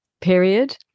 period